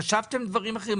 חשבתם דברים אחרים?